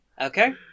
Okay